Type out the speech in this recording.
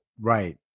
Right